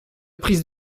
prise